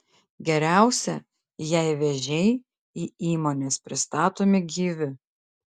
geriausia jei vėžiai į įmones pristatomi gyvi